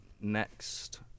next